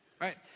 right